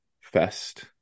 fest